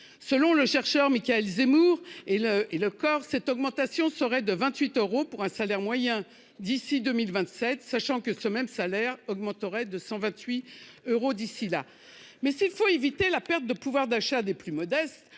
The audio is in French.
Selon le chercheur Michaël Zemmour et le et le corps cette augmentation serait de 28 euros pour un salaire moyen d'ici 2027, sachant que ce même salaire augmenterait de 128 euros. D'ici là. Mais s'il faut éviter la perte de pouvoir d'achat des plus modestes